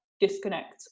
disconnect